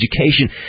education